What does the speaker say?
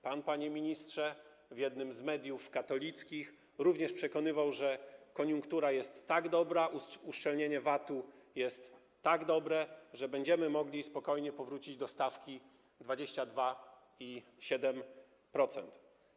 Pan, panie ministrze, w jednym z mediów katolickich również przekonywał, że koniunktura jest tak dobra, uszczelnienie VAT jest tak dobre, że będziemy mogli spokojnie powrócić do stawek 22% i 7%.